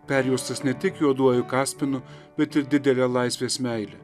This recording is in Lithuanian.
perjuostas ne tik juoduoju kaspinu bet ir didele laisvės meile